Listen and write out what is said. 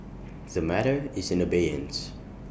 the matter is in abeyance